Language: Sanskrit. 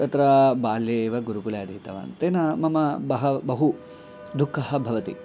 तत्र बाल्ये एव गुरुकुले अधीतवान् तेन मम बहवः बहु दुःखः भवति